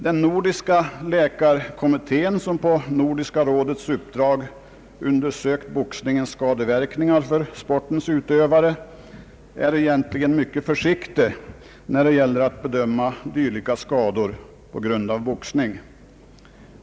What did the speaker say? Den nordiska läkarkommittén som på Nordiska rådets uppdrag undersökte boxningens skadeverkningar för sportens utövare är egentligen mycket försiktig när det gäller att bedöma dylika skador på grund av boxning.